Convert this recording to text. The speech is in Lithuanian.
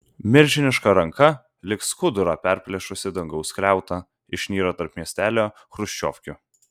milžiniška ranka lyg skudurą perplėšusi dangaus skliautą išnyra tarp miestelio chruščiovkių